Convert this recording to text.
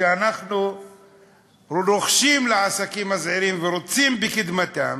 שאנחנו רוחשים לעסקים הזעירים ורוצים בקידומם,